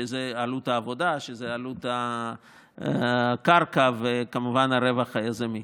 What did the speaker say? שהם עלות העבודה, עלות הקרקע, וכמובן הרווח היזמי.